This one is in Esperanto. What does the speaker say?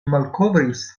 malkovris